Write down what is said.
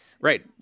Right